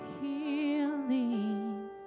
healing